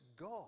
God